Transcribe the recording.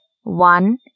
one